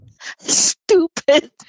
Stupid